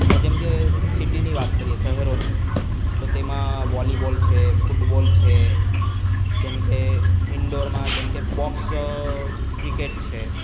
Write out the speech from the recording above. અને જેમકે સિટીની વાત કરીએ શહેરોની તો તેમાં વોલીબોલ છે ફૂટબોલ છે જેમકે ઇન્ડોરમાં જેમકે બોક્સ ક્રિકેટ છે